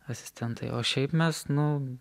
asistentai o šiaip mes nu